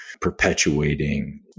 perpetuating